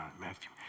Matthew